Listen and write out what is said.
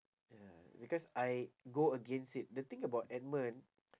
ya because I go against it the thing about edmund